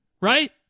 right